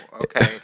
okay